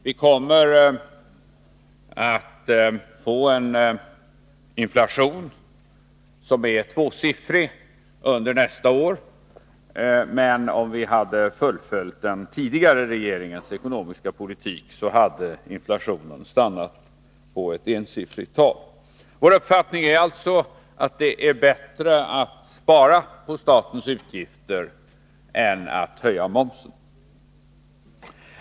Vi kommer under nästa år att få en inflation som är tvåsiffrig, medan den med den tidigare regeringens ekonomiska politik skulle ha stannat vid ett ensiffrigt tal. Vår uppfattning är alltså att det är bättre att spara på statens utgifter än att höja momsen.